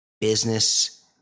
Business